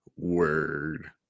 Word